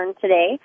today